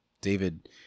David